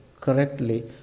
correctly